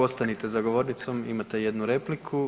Ostanite za govornicom, imate jednu repliku.